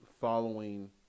following